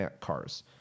cars